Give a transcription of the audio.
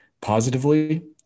positively